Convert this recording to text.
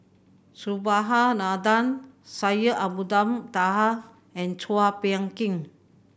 Subhas Anandan Syed Abdulrahman Taha and Chua Phung Kim